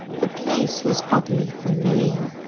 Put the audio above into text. the place was oddly familiar,